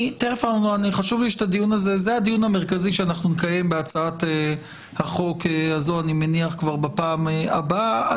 זה הדיון המרכזי שאנחנו נקיים בהצעת החוק הזו אני מניח כבר בפעם הבאה.